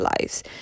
lives